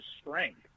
strength